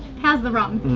how's the rum?